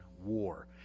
war